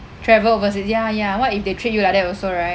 travel overseas ya ya what if they treat you like that also right